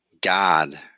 God